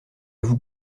vous